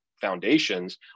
foundations